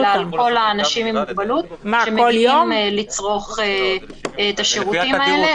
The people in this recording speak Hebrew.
אלא על כל האנשים עם מוגבלים שמגיעים לצורך את השירותים האלה.